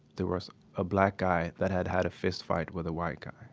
there was a black guy that had had a fist fight with a white guy.